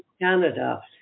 Canada